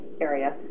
area